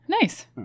Nice